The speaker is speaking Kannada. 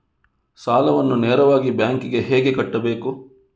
ಸಾಲವನ್ನು ನೇರವಾಗಿ ಬ್ಯಾಂಕ್ ಗೆ ಹೇಗೆ ಕಟ್ಟಬೇಕು?